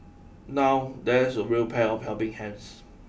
now that's a real pair of helping hands